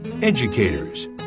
educators